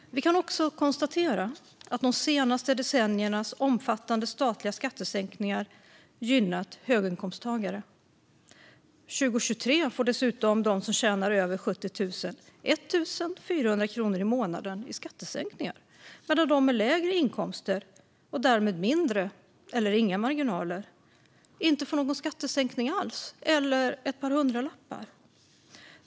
Vi kan också konstatera att de senaste decenniernas omfattande statliga skattesänkningar har gynnat höginkomsttagare. Från 2023 får dessutom de som tjänar över 70 000 en skattesänkning på 1 400 kronor i månaden medan de med lägre inkomster, och därmed mindre eller inga marginaler, inte får någon skattesänkning alls - eller ett par hundralappar.